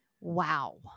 wow